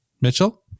Mitchell